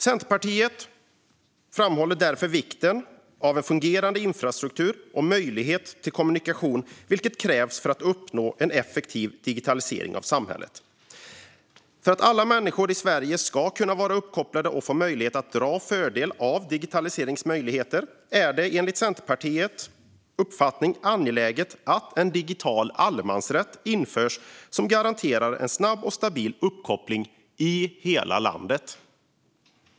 Centerpartiet framhåller därför vikten av en fungerande infrastruktur och möjlighet till kommunikation, vilket krävs för att uppnå en effektiv digitalisering av samhället. För att alla människor i Sverige ska kunna vara uppkopplade och kunna dra fördel av digitaliseringens möjligheter är det enligt Centerpartiets uppfattning angeläget att en digital allemansrätt införs som garanterar en snabb och stabil uppkoppling i hela landet.